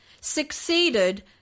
succeeded